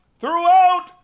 throughout